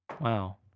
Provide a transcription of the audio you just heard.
Wow